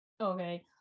okay